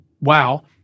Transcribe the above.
wow